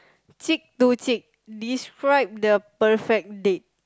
cheek to cheek describe the perfect date